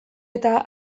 eta